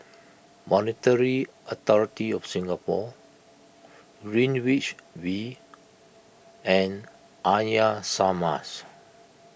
Monetary Authority of Singapore Greenwich V and Arya Samaj